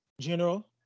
general